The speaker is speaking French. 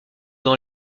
dans